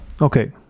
okay